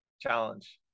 challenge